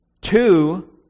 Two